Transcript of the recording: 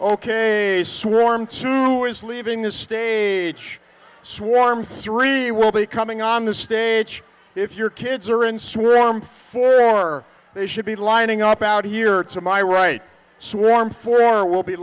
ok swarm to his leaving the stage swarms three will be coming on the stage if your kids are in some room for they should be lining up out here to my right swarm for will be